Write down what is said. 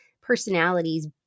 personalities